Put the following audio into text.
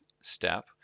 step